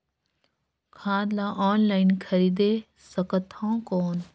खाद ला ऑनलाइन खरीदे सकथव कौन?